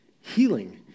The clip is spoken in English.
healing